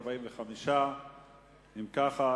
45. אם כך,